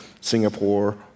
Singapore